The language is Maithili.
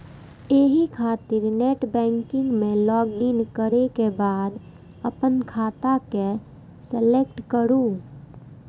एहि खातिर नेटबैंकिग मे लॉगइन करै के बाद अपन खाता के सेलेक्ट करू